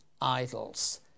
idols